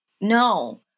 no